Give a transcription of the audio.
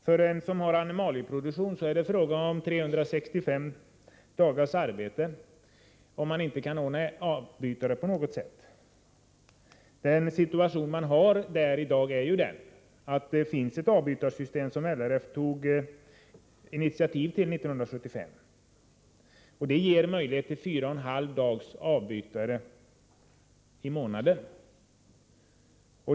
För en jordbrukare som har animalieproduktion är det fråga om 365 dagars arbete per år, om han inte kan ordna avbytare på något sätt. Dagens situation är den att det finns ett avbytarsystem som LRF tog initiativ till 1975. Det ger möjlighet till avbytare fyra och en halv dagar i månaden.